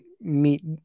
meet